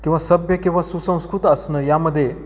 किंवा सभ्य किंवा सुसंस्कृत असणं यामध्ये